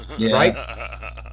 Right